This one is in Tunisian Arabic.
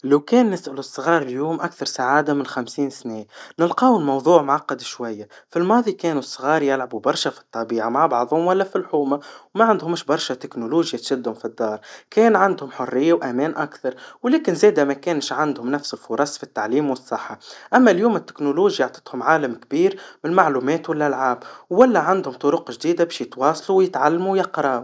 لو كان نسألوا اليوم الصغار أكثر سعادا من خمسين سنا, نلقاو الموضوع معقد شويا, في الماضي كانوا الصغار يلعبوا برشا في الطبيعا مع بعضهم, وإلا في الحوما, معندهمش برشا تكنولوجيا تشدهم في الدار, كان عندهم حريا وأمان أكثر, ولكن زادا مكانش عندهم نفس الفرص فيي التعليم والصحا, أما اليوم التكنولوجيا عطتهم عالم كبير والمعللومات والألعاب, وإلا عندهم طرق جديدا باش تواصلوا ويتعلموا ويقراو.